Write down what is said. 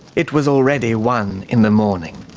it was already one in the morning